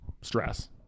stress